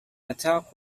attack